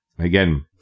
Again